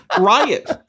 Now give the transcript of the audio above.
riot